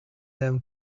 them